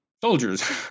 soldiers